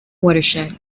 watershed